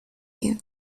you